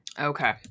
Okay